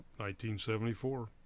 1974